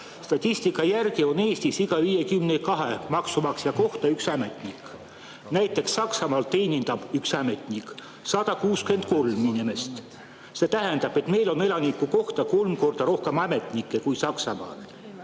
Statistika järgi on Eestis iga 52 maksumaksja kohta üks ametnik. Näiteks Saksamaal teenindab üks ametnik 163 inimest. See tähendab, et meil on elaniku kohta kolm korda rohkem ametnikke kui Saksamaal.